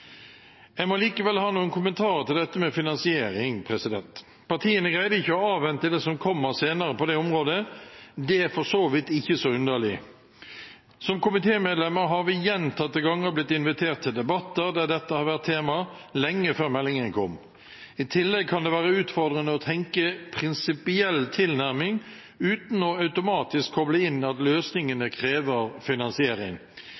Jeg må likevel ha noen kommentarer til dette med finansering. Partiene greide ikke å avvente det som kommer senere på det området. Det er for så vidt ikke så underlig. Som komitémedlemmer har vi gjentatte ganger blitt invitert til debatter der dette har vært tema, lenge før meldingen kom. I tillegg kan det være utfordrende å tenke prinsipiell tilnærming uten automatisk å koble inn at